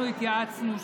אנחנו התייעצנו,